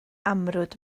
amrwd